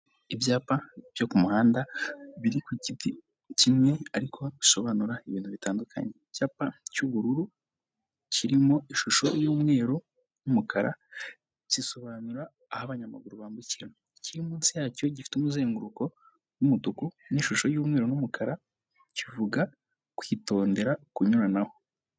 Ibyapa byo ku muhanda biri ku giti kimwe ariko bisobanura ibintu bitandukanye, icyapa cy'ubururu kirimo ishusho y'umweru n'umukara gisobanura aho abanyamaguru bambukira, ikiri munsi yacyo cyo gifite umuzenguruko w'umutuku n'ishusho y'umweru n'umukara kivuga kwitondera kunyuranaho.